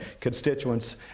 constituents